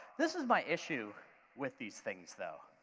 this is my issue with these things, though.